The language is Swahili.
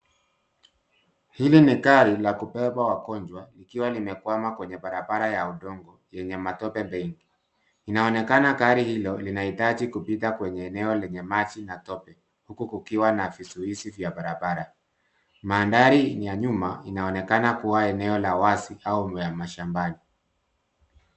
Hili ni gari la kubeba wagonjwa likiwa limekwama kwenye barabara ya udongo yenye matope mengi. Inaonekana gari hilo linahitaji kupita kwenye eneo lenye maji na tope huku kukiwa na vizuizi vya barabara. Mandhari ya nyuma inaonekana kuwa eneo la wazi au ya mashambani.